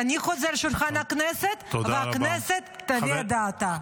תניחו את זה על שולחן הכנסת, והכנסת תביע את דעתה.